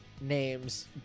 names